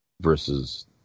versus